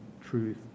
truth